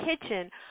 Kitchen